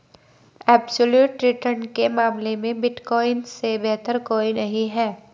absolute return के मामले में बिटकॉइन से बेहतर कोई नहीं है